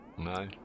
No